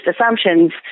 assumptions